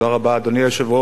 אדוני היושב-ראש,